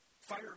Fire